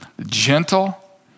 gentle